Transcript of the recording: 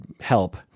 help